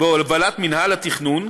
בהובלת מינהל התכנון,